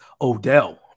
Odell